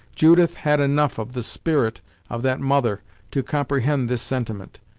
judith had enough of the spirit of that mother to comprehend this sentiment,